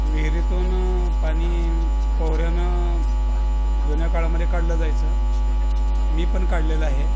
विहिरीतून पाणी पोहऱ्यानं जुन्या काळामध्ये काढलं जायचं मी पण काढलेलं आहे